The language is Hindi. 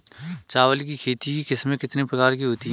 चावल की खेती की किस्में कितने प्रकार की होती हैं?